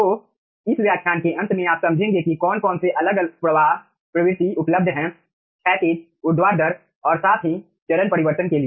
तो इस व्याख्यान के अंत में आप समझेंगे कि कौन कौन से अलग प्रवाह प्रवृत्ति उपलब्ध हैं - क्षैतिज ऊर्ध्वाधर और साथ ही चरण परिवर्तन के लिए